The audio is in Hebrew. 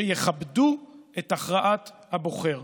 שיכבדו את הכרעת הבוחר.